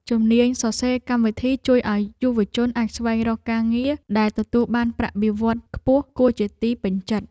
ជំនាញសរសេរកម្មវិធីជួយឱ្យយុវជនអាចស្វែងរកការងារដែលទទួលបានប្រាក់បៀវត្សខ្ពស់គួរជាទីពេញចិត្ត។